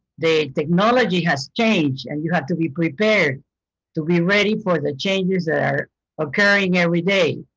the technology has changed and you have to be prepared to be ready for the changes that are occurring every day.